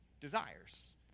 Desires